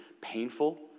painful